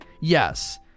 yes